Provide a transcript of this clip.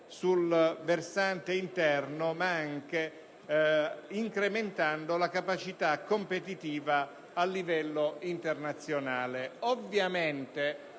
sul versante interno, ma che può anche incrementarne la capacità competitiva a livello internazionale.